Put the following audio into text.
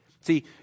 See